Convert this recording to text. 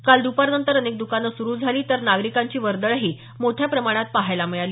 काल द्पारनंतर अनेक द्कानं सुरु झाली तर नागरीकांची वर्दळही मोठ्या प्रमाणात पहायला मिळाली